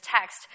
text